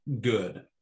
good